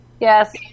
Yes